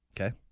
Okay